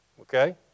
Okay